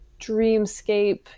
dreamscape